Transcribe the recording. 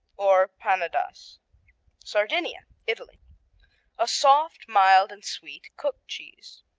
or pannedas sardinia, italy a soft, mild and sweet cooked cheese.